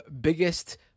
biggest